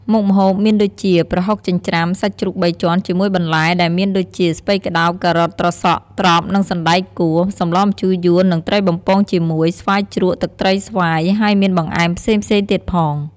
មុខម្ហូបមានដូចជា ប្រហុកចិញ្ច្រាំសាច់ជ្រូកបីជាន់ជាមួយបន្លែដែលមានដូចជា ស្ពៃក្តោប,ការ៉ុត,ត្រសក់,ត្រប់និងសណ្តែកគួរ សម្លរម្ជូរយួន និងត្រីបំពងជាមួយ ស្វាយជ្រក់ទឹកត្រីស្វាយ ហើយមានបង្អែមផ្សេងៗទៀតផង។